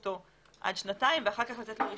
אותו עד שנתיים ואחר כך לתת לו רישיון.